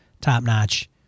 top-notch